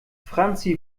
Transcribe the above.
franzi